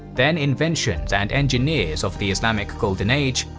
then inventions and engineers of the islamic golden age,